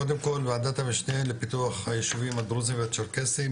קודם כל ועדת המשנה לפיתוח היישובים הדרוזים והצ'רקסיים,